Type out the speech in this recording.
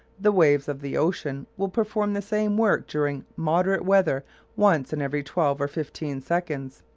the waves of the ocean will perform the same work during moderate weather once in every twelve or fifteen seconds.